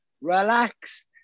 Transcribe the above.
relax